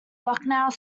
lucknow